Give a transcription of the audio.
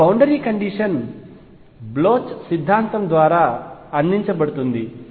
మా boundary condition Bloch సిద్ధాంతం ద్వారా అందించబడుతుంది